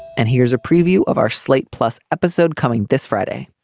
and here's a preview of our slate plus episode coming this friday.